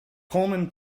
coleman